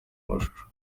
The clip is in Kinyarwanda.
mashusho